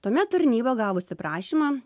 tuomet tarnyba gavusi prašymą